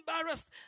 embarrassed